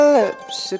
lips